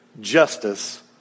justice